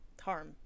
Harm